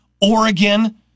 Oregon